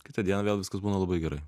kitą dieną vėl viskas būna labai gerai